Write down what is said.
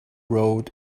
road